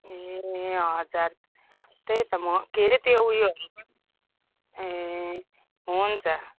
ए हजुर त्यही त म के रे त्यो ऊ योहरू पनि ए हुन्छ